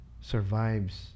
survives